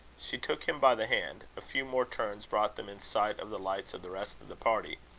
she took him by the hand. a few more turns brought them in sight of the lights of the rest of the party.